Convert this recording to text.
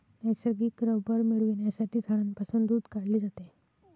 नैसर्गिक रबर मिळविण्यासाठी झाडांपासून दूध काढले जाते